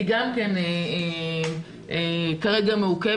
היא גם כן כרגע מעוכבת,